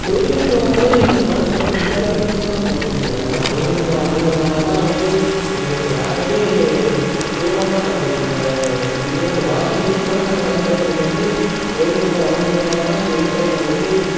தொழில்நுட்பம் வந்து எங்கள் வாழ்க்கையை வந்து எளிதாக்குச்சுன்னுதான் சொல்ல முடியும் ஆனால் தொழில்நுட்பம் வளர்ந்ததுனாலதான் வந்து எங்களுக்கு வேலை சுலபமாக நடக்குது இப்போ ஈவன் இந்த வாஷிங் மிஷின் கூட நாங்கள் பயன்படுத்துறது வந்து தொழில்நுட்பம் வளர்ந்ததுனாலதான் எங்கள் வீட்டில் இருக்கவங்க வந்து